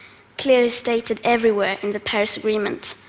clearly stated everywhere in the paris agreement,